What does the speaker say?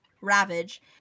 Ravage